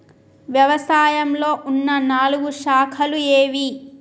వ్యవసాయంలో ఉన్న నాలుగు శాఖలు ఏవి?